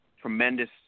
tremendous